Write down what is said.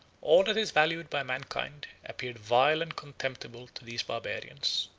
all that is valued by mankind appeared vile and contemptible to these barbarians,